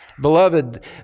Beloved